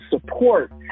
support